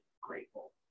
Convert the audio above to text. grateful